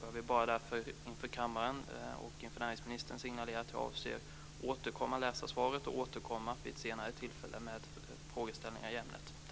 Jag vill därför inför kammaren signalera till näringsministern att jag avser att återkomma vid ett senare tillfälle med frågeställningar i ämnet.